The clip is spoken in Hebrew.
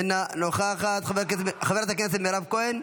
אינה נוכחת, חברת הכנסת מירב כהן,